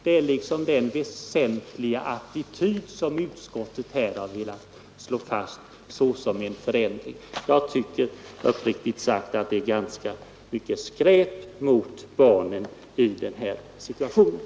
Det är den väsentliga ändring utskottet här har velat göra, och det visar utskottets attityd! Jag tycker uppriktigt sagt att det är skräp att göra så mot barnen i denna situation.